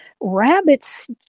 rabbits